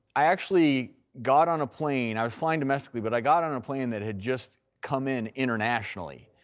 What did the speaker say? i actually got on a plane. i was flying domestically but i got on and a plane that has just come in internationally.